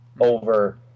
over